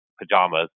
pajamas